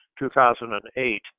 2008